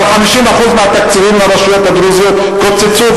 אבל 50% מהתקציבים לרשויות הדרוזיות קוצצו,